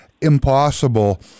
impossible